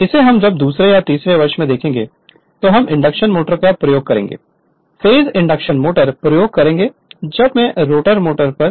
इसे हम जब दूसरे या तीसरे वर्ष में देखेंगे जब हम इंडक्शन मोटर का प्रयोग करेंगे refer time 2130 3 phase induction motor प्रयोग करेंगे जब मैं रोटर मोटर पर यह देखूंगा